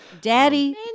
Daddy